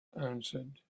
answered